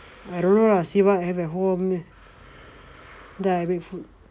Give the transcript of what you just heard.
I don't know lah see what I have at home then I make food